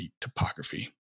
topography